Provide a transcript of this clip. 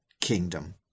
kingdom